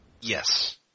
Yes